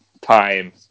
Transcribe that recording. time